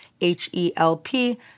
H-E-L-P